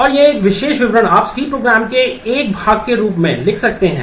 और यह विशेष विवरण आप C Program के एक भाग के रूप में लिख सकते हैं